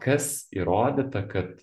kas įrodyta kad